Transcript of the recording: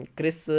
Chris